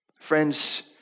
Friends